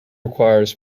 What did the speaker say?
requires